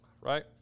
right